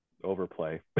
Overplay